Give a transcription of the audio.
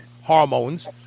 hormones